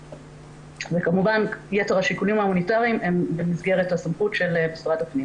כמובן שיתר השיקולים ההומניטריים הם של משרד הפנים.